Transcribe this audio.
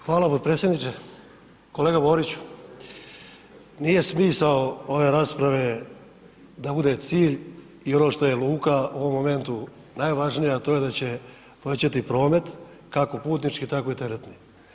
Hvala podpredsjedniče, kolega Borić nije smisao ove rasprave da bude cilj i ono što je luka u ovom momentu najvažnija to je da će povećati promet, kako putnički tako i teretni.